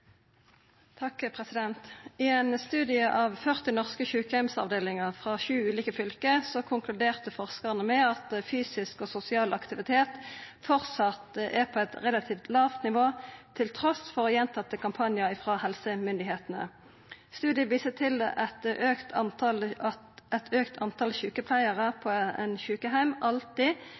I ein studie av 40 norske sjukeheimsavdelingar frå sju ulike fylke konkluderte forskarane med at fysisk og sosial aktivitet framleis er på eit relativt lågt nivå, trass i fleire kampanjar frå helsestyresmaktene. Studiet viser til at eit auka tal sjukepleiarar på ein sjukeheim alltid